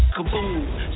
Kaboom